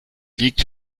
liegt